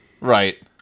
Right